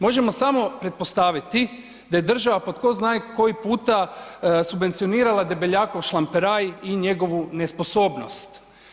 Možemo samo pretpostaviti da je država po zna koji puta subvencionirala Debeljakov šlamperaj i njegovu nesposobnost.